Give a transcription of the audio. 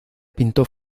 pintó